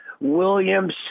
Williams